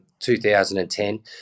2010